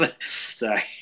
Sorry